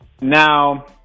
Now